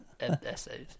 essays